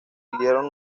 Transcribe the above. siguieron